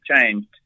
changed